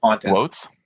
quotes